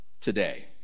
today